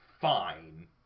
fine